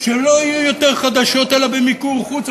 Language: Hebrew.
שלא יהיו יותר חדשות אלא במיקור חוץ.